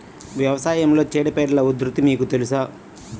వ్యవసాయంలో చీడపీడల ఉధృతి మీకు తెలుసా?